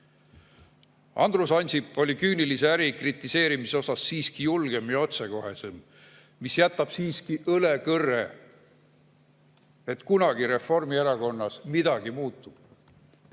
Andrus Ansip oli küünilise äri kritiseerimises siiski julgem ja otsekohesem. See jätab siiski õlekõrre, et kunagi Reformierakonnas midagi muutub.